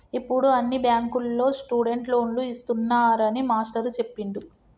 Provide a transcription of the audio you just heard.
ఇప్పుడు అన్ని బ్యాంకుల్లో స్టూడెంట్ లోన్లు ఇస్తున్నారని మాస్టారు చెప్పిండు